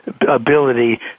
ability